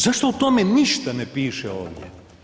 Zašto o tome ništa ne piše ovdje?